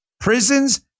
Prisons